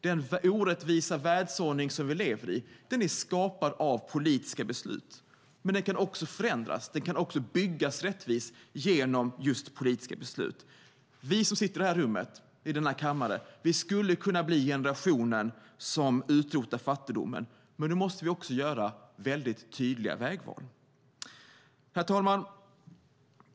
Den orättvisa världsordning som vi lever i är skapad av politiska beslut men kan också förändras och byggas rättvist genom just politiska beslut. Vi som sitter i denna kammare skulle kunna bli den generation som utrotar fattigdomen, men då måste vi också göra väldigt tydliga vägval. Herr talman!